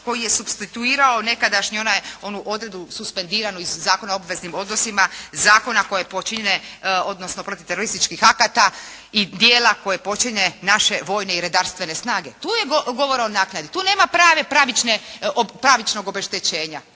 koji je supstituirao nekadašnju onu odredbu suspendiranu iz Zakona o obveznim odnosima, zakona kojeg počine, odnosno protiv terorističkih akata i dijela koje počine naše vojne i redarstvene snage. Tu je govora o naknadi. Tu nema prave pravične,